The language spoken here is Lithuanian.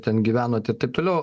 ten gyvenote taip toliau